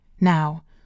Now